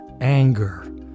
anger